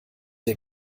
der